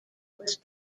was